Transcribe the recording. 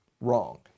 wrong